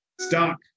stuck